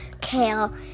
kale